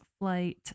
Flight